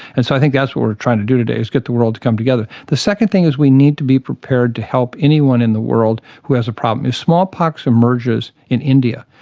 and so i think that's what we are trying to do today, is get the world to come together. the second thing is we need to be prepared to help anyone in the world who has a problem. if smallpox emerges in india,